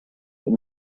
but